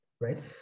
right